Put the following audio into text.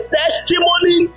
testimony